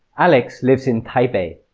alex lives in taipei.